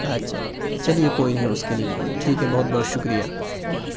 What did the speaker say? اچھا چلیے کوئی نہیں اس کے لیے ٹھیک ہے بہت بہت شکریہ